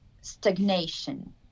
stagnation